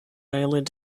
island